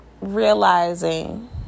realizing